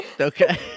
Okay